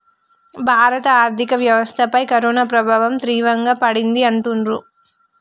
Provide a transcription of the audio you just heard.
భారత ఆర్థిక వ్యవస్థపై కరోనా ప్రభావం తీవ్రంగా పడింది అంటుండ్రు